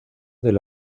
del